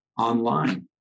online